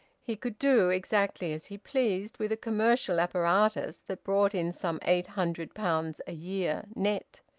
he could do exactly as he pleased with a commercial apparatus that brought in some eight hundred pounds a year net.